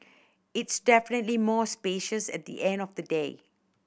it's definitely more spacious at the end of the day